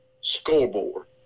Scoreboard